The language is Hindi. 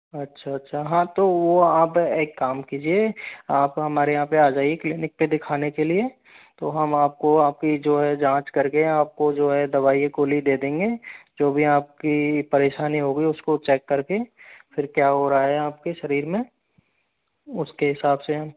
अच्छा अच्छा हाँ तो वो आप एक काम कीजिए आप हमारे यहाँ पे आ जाइए क्लिनिक पे दिखाने के लिए तो हम आपको आपकी जो है जांच करके आपको जो है दवाई खोली दे देंगे जो भी आपकी परेशानी होगी उसको चेक करके फिर क्या हो रहा है आपके शरीर में उसके हिसाब से हम